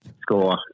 score